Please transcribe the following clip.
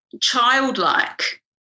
childlike